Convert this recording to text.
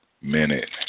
minute